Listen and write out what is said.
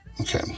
okay